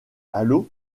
allo